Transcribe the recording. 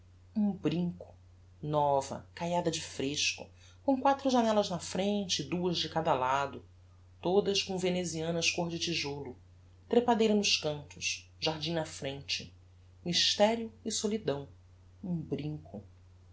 um brinco nova caiada de fresco com quatro janellas na frente e duas de cada lado todas com venezianas côr de tijolo trepadeira nos cantos jardim na frente mysterio e solidão um brinco